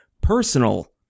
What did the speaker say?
personal